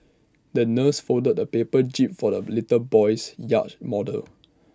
the nurse folded A paper jib for the little boy's yacht model